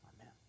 amen